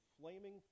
flaming